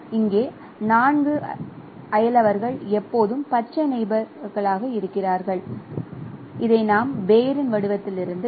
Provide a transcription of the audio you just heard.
இங்கே 4 அயலவர்கள் எப்போதும் பச்சை நெயிபோர் களாக இருக்கிறார்கள் இதை நாம் பேயரின் வடிவத்திலிருந்துs Bayer's pattern